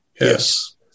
Yes